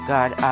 God